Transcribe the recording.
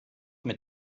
mit